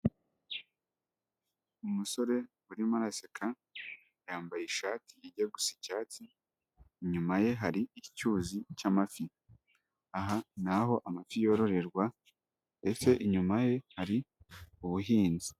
Umusore urimo araseka yambaye ishati ijya icyatsi, inyuma ye hari icyuzi cy'amafi, aha ni aho amafi yororerwa ndetse inyuma ye hari ubuhinzi.